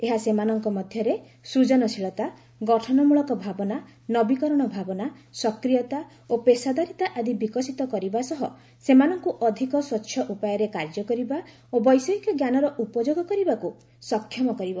ଏହା ସେମାନଙ୍କ ମଧ୍ୟରେ ସୂଜନଶୀଳତା ଗଠନମୂଳକ ଭାବନା ନବୀକରଣ ଭାବନା ସକ୍ରିୟତା ଓ ପେସାଦାରିତା ଆଦି ବିକଶିତ କରିବା ସହ ସେମାନଙ୍କୁ ଅଧିକ ସ୍ୱଚ୍ଛ ଉପାୟରେ କାର୍ଯ୍ୟ କରିବା ଓ ବୈଷୟିକ ଜ୍ଞାନର ଉପଯୋଗ କରିବାକୁ ସକ୍ଷମ କରିବ